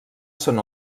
són